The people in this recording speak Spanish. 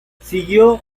siguió